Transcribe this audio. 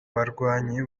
barwanyi